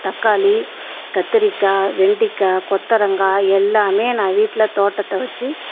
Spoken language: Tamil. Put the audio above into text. தக்காளி கத்திரிக்காய் வெண்டிக்காய் கொத்தரங்காய் எல்லாமே நான் வீட்டில் தோட்டத்தை வச்சு